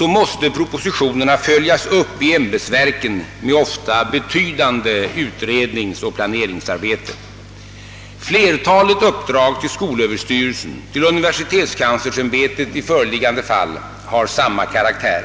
måste propositionerna följas upp i ämbetsverken med ofta betydande utredningsoch planeringsarbete. Flertalet uppdrag till skolöverstyrelsen och universitetskanslersämbetet i föreliggande fall har samma karaktär.